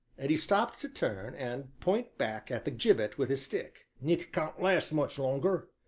and he stopped to turn, and point back at the gibbet with his stick. nick can't last much longer,